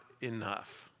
enough